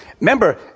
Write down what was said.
remember